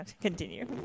continue